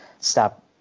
stop